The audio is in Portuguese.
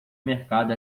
mercado